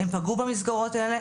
הם פגעו במסגרות האלה,